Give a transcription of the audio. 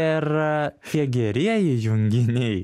ir tie gerieji junginiai